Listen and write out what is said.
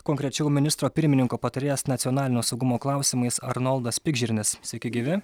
konkrečiau ministro pirmininko patarėjas nacionalinio saugumo klausimais arnoldas pikžirnis sveiki gyvi